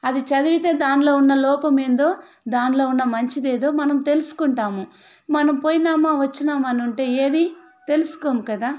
అది చదివితే దానిలో ఉన్న లోపం ఏందో దానిలో ఉన్న మంచిదేదో మనం తెలుసుకుంటాము మనం పోయినామా వచ్చినామా అని ఉంటే ఏదీ తెలుసుకోము కదా